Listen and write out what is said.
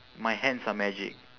my hands are magic